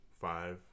five